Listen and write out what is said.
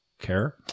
care